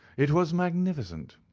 it was magnificent,